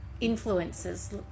influences